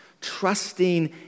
trusting